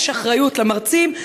יש אחריות למרצים,